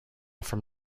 from